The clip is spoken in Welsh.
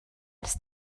ers